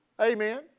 amen